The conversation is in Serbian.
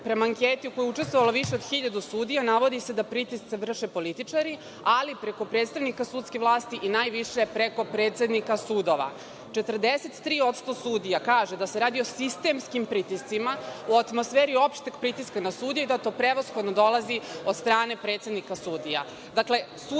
Prema anketi u kojoj je učestvovalo više od 1.000 sudija, navodi se da pritiske vrše političari, ali preko predstavnika sudske vlasti i najviše preko predsednika sudova. Četrdeset tri odsto sudija kaže da se radi o sistemskim pritiscima, u atmosferi opšte pritiska na sudije i da to prevashodno dolazi od strane predsednika sudija. Sudije